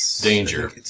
danger